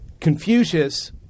Confucius